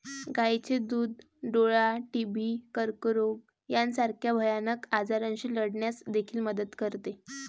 गायीचे दूध डोळा, टीबी, कर्करोग यासारख्या भयानक आजारांशी लढण्यास देखील मदत करते